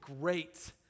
great